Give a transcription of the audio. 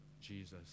Jesus